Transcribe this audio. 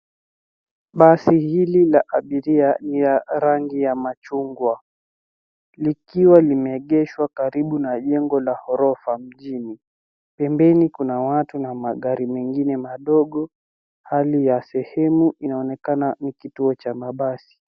Basi hili la abiria la rangi ya machungwa likiwa limeegeshwa karibu na jengo la ghorofa mjini. Pembeni kuna watu na magari mengine madogo . Hali ya sehemu inaonekana ni kituo cha mabasi.